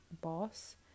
boss